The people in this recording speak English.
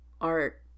art